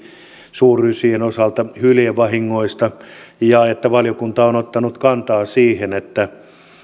suurrysien osalta hyljevahingoista ja että valiokunta on ottanut kantaa siihen että